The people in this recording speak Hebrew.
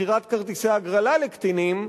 מכירת כרטיסי הגרלה לקטינים,